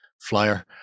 flyer